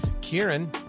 Kieran